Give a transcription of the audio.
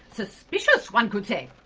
suspicious, one could say.